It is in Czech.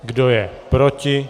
Kdo je proti?